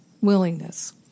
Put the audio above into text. willingness